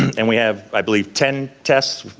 and we have i believe ten tests,